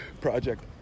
project